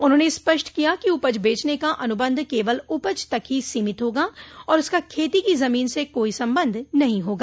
उन्होंने स्पष्ट किया कि उपज बेचने का अनुबंध केवल उपज तक ही सीमित होगा और उसका खेती की जमीन से कोई संबंध नहीं होगा